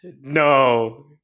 No